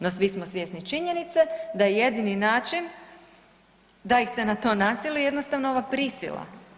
No svi smo svjesni činjenice da je jedini način da ih se na to nasili jednostavno ova prisila.